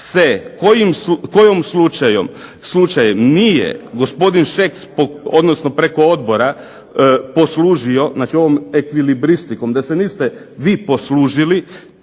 se kojim slučajem nije gospodin Šeks odnosno preko odbora poslužio znači ovom ekvilibristikom, da se niste vi poslužili